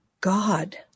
God